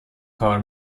کار